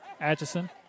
Atchison